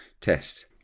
test